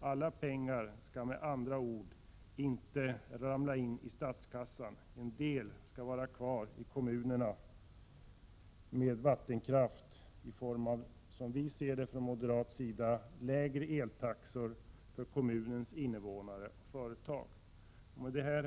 Alla pengar skall med andra ord inte ramla in i statskassan. En del skall vara kvar i kommunerna med vattenkraft i form av, som vi moderater anser, lägre eltaxor för dessa kommuners invånare och företag. Herr talman!